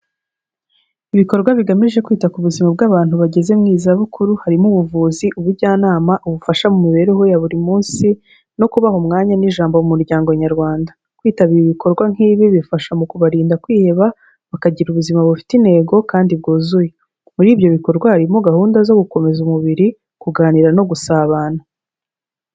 Ibikorwa bigamije kwita ku buzima bw'abantu bageze mu zabukuru, harimo ubuvuzi, ubujyanama, ubufasha mu mibereho ya buri munsi, no kubaha umwanya n'ijambo mu muryango Nyarwanda. kwitabira ibikorwa nk'ibi bifasha mu kubarinda kwiheba, bakagira ubuzima bufite intego kandi bwuzuye, muri ibyo bikorwa harimo gahunda zo gukomeza umubiri, kuganira no gusabana.